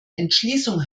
entschließung